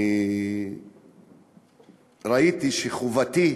אני ראיתי כחובתי